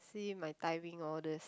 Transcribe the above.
see my timing all this